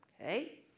Okay